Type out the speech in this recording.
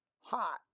hot